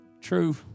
True